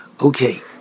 Okay